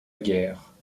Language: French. guerre